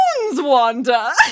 Wanda